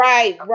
Right